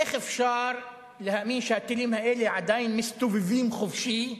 אפשר להאמין שהטילים האלה עדיין מסתובבים חופשי,